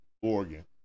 Oregon